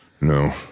No